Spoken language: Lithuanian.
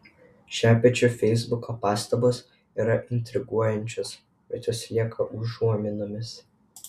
šepečio feisbuko pastabos yra intriguojančios bet jos lieka užuominomis